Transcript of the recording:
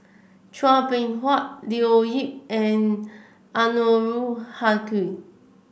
Chua Beng Huat Leo Yip and Anwarul Haque